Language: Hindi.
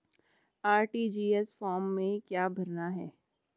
आर.टी.जी.एस फार्म में क्या क्या भरना है?